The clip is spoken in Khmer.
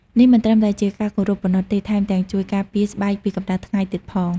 នេះមិនត្រឹមតែជាការគោរពប៉ុណ្ណោះទេ ថែមទាំងជួយការពារស្បែកពីកម្ដៅថ្ងៃទៀតផង។